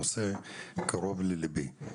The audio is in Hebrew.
הנושא קרוב לליבי.